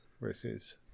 versus